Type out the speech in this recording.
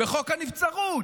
חוק הנבצרות,